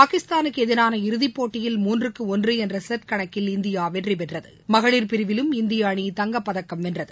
பாகிஸ்தானுக்கு எதிரான இறுதி போட்டியில் மூன்றுக்கு ஒன்று என்ற செட் கணக்கில் இந்தியா வெற்றி பெற்றது மகளிர் பிரிவிலும் இந்திய அணி தங்கப் பதக்கம் வென்றது